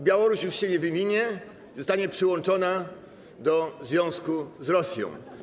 Białoruś już się nie wywinie, zostanie przyłączona do związku z Rosją.